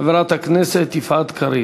חברת הכנסת יפעת קריב.